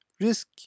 Risk